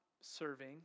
serving